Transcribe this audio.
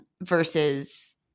Versus